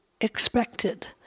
expected